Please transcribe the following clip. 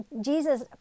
Jesus